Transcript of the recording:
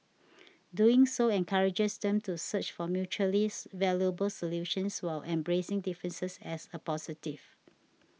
doing so encourages them to search for mutually valuable solutions while embracing differences as a positive